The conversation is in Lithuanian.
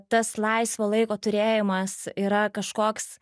tas laisvo laiko turėjimas yra kažkoks